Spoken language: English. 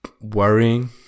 worrying